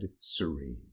serene